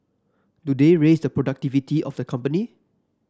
do they raise the productivity of the company